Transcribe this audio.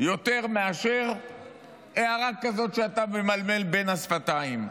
יותר מאשר הערה כזו שאתה מממלמל בין השפתיים.